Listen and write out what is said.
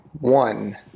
one